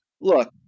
look